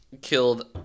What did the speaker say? killed